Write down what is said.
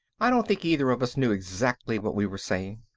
i don't think either of us knew exactly what we were saying.